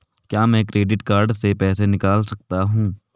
क्या मैं credit card से पैसे निकाल सकता हूँ?